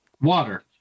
Water